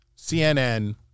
cnn